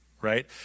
right